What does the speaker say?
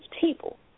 people